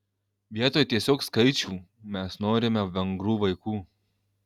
vietoj tiesiog skaičių mes norime vengrų vaikų